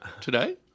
today